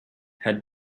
had